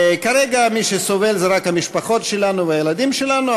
כרגע מי שסובל זה רק המשפחות שלנו והילדים שלנו,